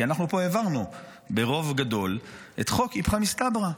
כי אנחנו פה העברנו ברוב גדול את חוק איפכא מסתברא.